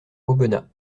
aubenas